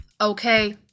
Okay